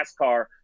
NASCAR